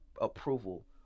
approval